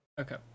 Okay